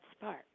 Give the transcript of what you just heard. spark